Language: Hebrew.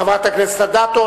חברת הכנסת אדטו,